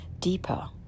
deeper